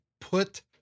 put